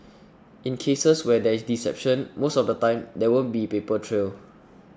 in cases where there is deception most of the time there won't be a paper trail